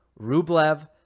Rublev